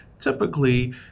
Typically